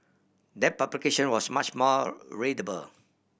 that publication was much more readable